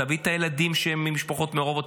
תביא את הילדים שהם ממשפחות מעורבות,